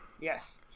Yes